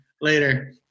later